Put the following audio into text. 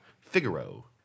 Figaro